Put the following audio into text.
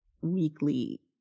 weekly